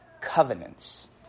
covenants